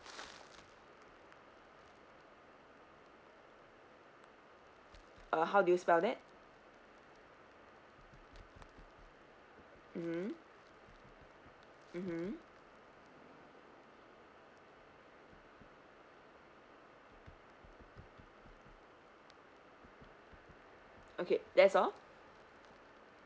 uh how do you spell that mmhmm mmhmm okay that's all